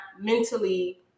mentally